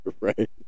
Right